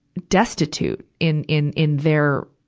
destitute in, in, in their,